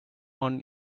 him